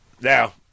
Now